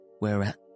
whereat